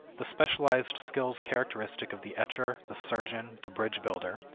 the specialized skills characteristic of the etcher, the surgeon, the bridge-builder,